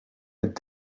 het